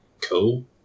cool